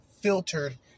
filtered